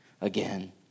again